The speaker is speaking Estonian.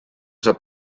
saab